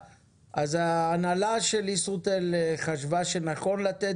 ההנהלה של ישרוטל חשבה שנכון לתת